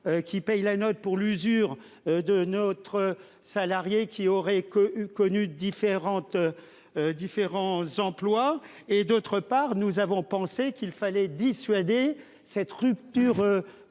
qui paye la note pour l'usure de notre salarié qui aurait que connu différentes. Différents emplois et d'autre part nous avons pensé qu'il fallait dissuader cette rupture.